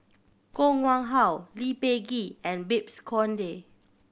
Koh Nguang How Lee Peh Gee and Babes Conde